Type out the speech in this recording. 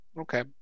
Okay